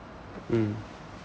mm